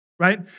right